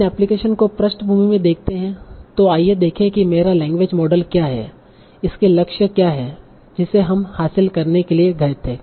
इन application को पृष्ठभूमि में देखते है तों आइए देखें कि मेरा लैंग्वेज मॉडल क्या है इसके लक्ष्य क्या है जिसे हम हासिल करने के लिए गए थे